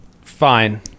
Fine